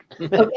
Okay